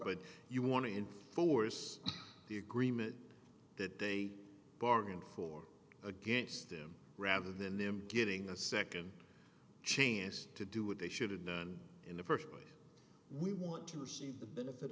but you want to enforce the agreement that they bargained for against him rather than him getting a second chance to do what they should have done in the first place we want to receive the benefit